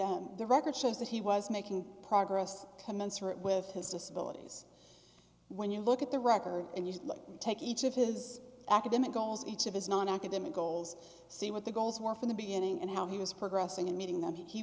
did the record shows that he was making progress commensurate with his disability when you look at the record and you take each of his academic goals each of his nonacademic goals see what the goals were from the beginning and how he was progressing in meeting them he